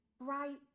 bright